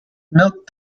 milk